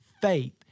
faith